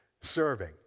serving